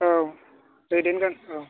औ दैदेनगोन औ